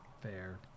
Fair